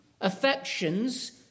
affections